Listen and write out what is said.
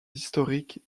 historique